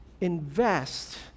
invest